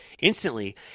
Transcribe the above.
instantly